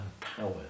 power